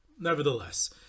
nevertheless